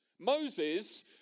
Moses